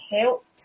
helped